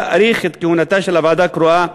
להאריך את כהונתה של הוועדה הקרואה,